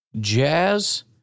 Jazz